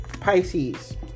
Pisces